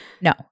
no